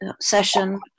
session